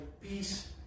peace